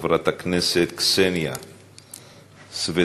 חברת הכנסת קסניה סבטלובה,